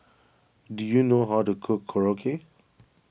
do you know how to cook Korokke